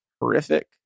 horrific